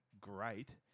great